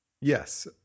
Yes